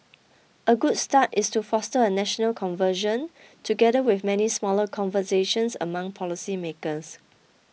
a good start is to foster a national conversion together with many smaller conversations among policy makers